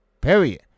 Period